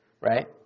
Right